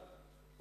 חוקה.